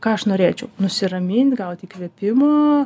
ką aš norėčiau nusiramint gaut įkvėpimo